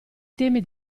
temi